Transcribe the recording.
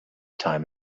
time